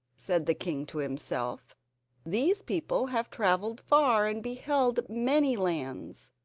said the king to himself these people have travelled far and beheld many lands.